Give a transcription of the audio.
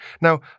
Now